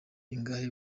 ingahe